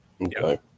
okay